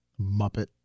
Muppet